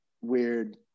weird